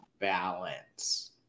balance